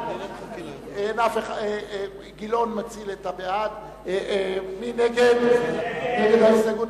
מי נגד ההסתייגות?